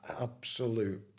Absolute